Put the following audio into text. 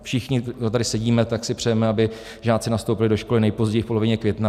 Všichni, kdo tady sedíme, si přejeme, aby žáci nastoupili do školy nejpozději v polovině května.